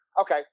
okay